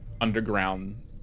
underground